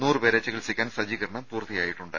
നൂറുപേരെ ചികിത്സിക്കാൻ സജ്ജീകരണം പൂർത്തിയായിട്ടുണ്ട്